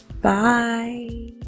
bye